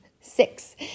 Six